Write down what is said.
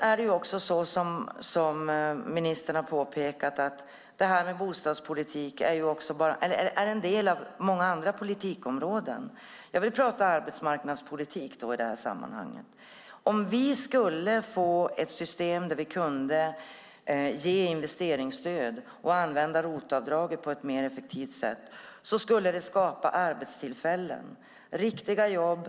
Bostadspolitik är ju, som ministern har påpekat, en del av många andra politikområden. Jag vill då prata om arbetsmarknadspolitik i det här sammanhanget. Om vi fick ett system där vi kunde ge investeringsstöd och använda ROT-avdraget på ett mer effektivt sätt skulle det skapa arbetstillfällen, riktiga jobb.